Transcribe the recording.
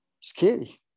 scary